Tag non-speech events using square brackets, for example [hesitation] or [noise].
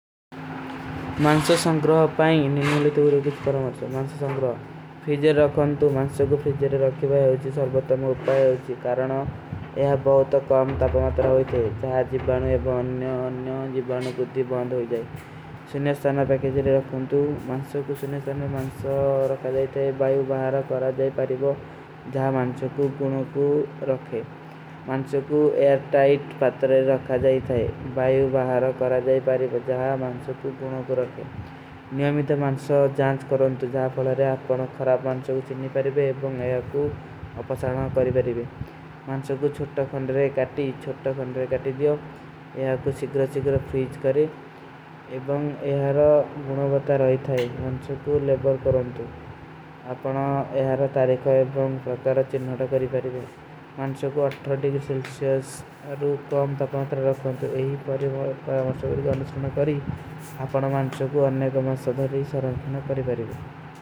ମାନ୍ସୋ ସଂଗ୍ରହ ପାଉଁ ଯୂନି, ମୁଲେ ତୋ ଉରୋଗୀଜ କରାଊ ଥେ। ମାନ୍ସୋ ସଂଗ୍ରହ ଫିଜର ରଖାଂଟୁ। ମାନ୍ସୋ କୋ ଫିଜର ରଖୀ ବାଯା ହୋଚୀ, ସର୍ଵତର ଅମରଣ ପାଉଁ ହୋଚୀ, କାରଣ ଐହାଂ ବହୁତ କମ ତାପଂ ମାତର ହୋଈତେ। ଜହାଁ ଜୀଵାନୋଂ ଏବ ଅନ୍ଯା ଅନ୍ଯା ଜୀଵାନୋଂ ପୁଦ୍ଧୀ ବଂଦ [hesitation] ହୋଜାଈ ସୁନ୍ଯସ୍ତାନା ପୈକେଜେଲେ ରଖୂଂତୁ ମାଂସୋ କୁ ସୁନ୍ଯସ୍ତାନା ମାଂସୋ ରଖାଜାଈ ଥାଈ ବାଯୂ ବାହରା କରାଜାଈ। ପାରୀବୋ ଜହାଁ ମାଂସୋ କୁ କୁନୋ କୁ ରଖେ ମାଂସୋ କୁ ଏର ଟାଇଟ ପାତରେ ରଖାଜାଈ ଥାଈ ବାଯୂ ବାହରା [hesitation] କରାଜାଈ ପାରୀବୋ ଜହାଁ ମାଂସୋ କୁ କୁନୋ କୁ ରଖେ ନିଯାମିଦେ। ମାଂସୋ ଜାଁଚ କରୋଂତୁ ଜହାଁ ପଲାରେ ଅପନୋ ଖରାବ ମାଂସୋ କୁ ଚିନନୀ ପାରୀବେ ଏବଂଗ ଯହାଁ କୁ ଅପସାନା କରୀବେ ମାଂସୋ କୁ ଚୁଟ୍ଟା ଖଂଡରେ କାଟୀ ଚୁଟ୍ଟା ଖଂଡରେ କାଟୀ। ଦିଯୋ ଯହାଁ କୁ ସିଗର ସିଗର ଫ୍ରୀଜ କରେ ଏବଂଗ ଯହାଁ କୁନୋ ବତାର ରଖାଈ ଥାଈ ମାଂସୋ କୁ ଲେବର କରୋଂତୁ ଅପନା ଯହାଁ [hesitation] ତାରେଖା ଏବଂଗ ପ୍ରକାରା ଚିନନାଟା କରୀବେ। ମାଂସୋ କୁ ଅଟ୍ରା ଡିଗର ସିଲ୍ସ୍ଯାସ ଅଡୂ କୌଂତା ପାତର ରଖାଁତୁ ଯହୀ ପରିଵାର୍ଯା ମାଂସୋ କୁ ଲେବର କରୀ ଅପନା ମାଂସୋ କୁ ଅନ୍ନେ କା ମାଂସୋ ଭରୀ ସରଂଖନା ପରିଵାର୍ଯା।